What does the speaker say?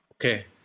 Okay